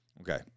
Okay